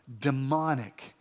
demonic